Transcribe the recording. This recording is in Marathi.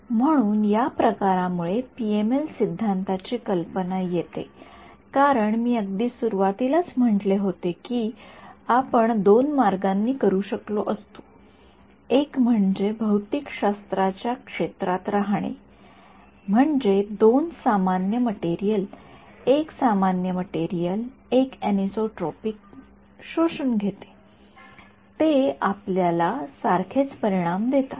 म्हणून या प्रकारामुळे पीएमएल सिद्धांताची कल्पना येते कारण मी अगदी सुरुवातीलाच म्हटले होते की आपण हे २ मार्गांनी करू शकलो असतो एक म्हणजे भौतिक शास्त्राच्या क्षेत्रात रहाणे म्हणजे दोन सामान्य मटेरियल एक सामान्य मटेरियल एक एनोसोट्रॉपिक शोषून घेते ते आपल्याला सारखेच परिणाम देतात